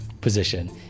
position